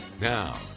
Now